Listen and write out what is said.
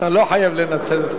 אתה לא חייב לנצל את כל,